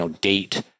date